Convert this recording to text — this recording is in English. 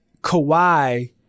Kawhi